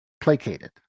placated